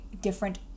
different